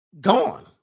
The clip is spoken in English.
Gone